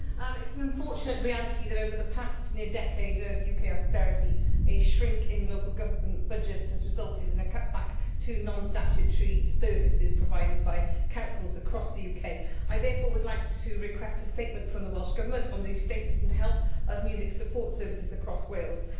am it's an unfortunate reality that over the past near-decade of yeah uk austerity, a shrink in local government budgets has resulted in a cutback to non-statutory services provided by councils across the uk. i therefore would like to request a statement from the welsh government on the status and health of music support services across wales.